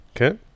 Okay